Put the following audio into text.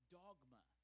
dogma